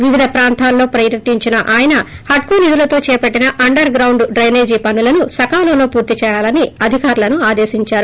వివిధ ప్రాంతాలలో పర్కటించిన ఆయన హడో నిధులతో చేపట్షిన అండర్ గ్రౌండ్ డైసేజ్ పనులను సకాలంలో పూర్తి చేయాలని అధికారులను ఆదేశించారు